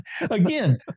Again